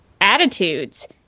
attitudes